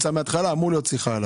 גם אני מניח שכן.